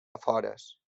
afores